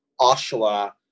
Oshawa